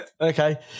Okay